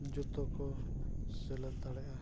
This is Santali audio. ᱡᱚᱛᱚ ᱠᱚ ᱥᱮᱞᱮᱫ ᱫᱟᱲᱮᱭᱟᱜᱼᱟ